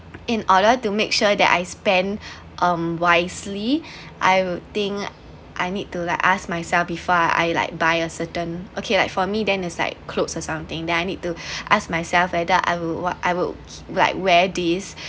in order to make sure that I spend um wisely I think I need to like ask myself before I like buy a certain okay like for me then is like clothes or something then I need to ask myself either I would want I would like wear these